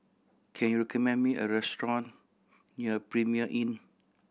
can you recommend me a restaurant near Premier Inn